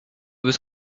was